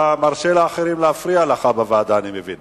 אני מבין